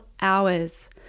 hours